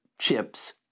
chips